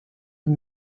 and